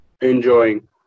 Enjoying